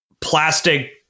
plastic